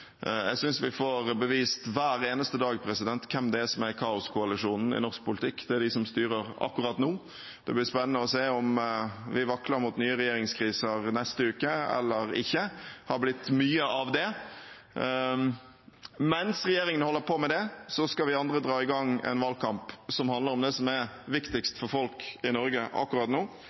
Jeg synes vi får bevist hver eneste dag hvem som er kaoskoalisjonen i norsk politikk. Det er de som styrer akkurat nå. Det blir spennende å se om vi vakler mot nye regjeringskriser neste uke eller ikke. Det har blitt mye av det. Mens regjeringen holder på med det, skal vi andre dra i gang en valgkamp som handler om det som er viktigst for folk i Norge akkurat nå,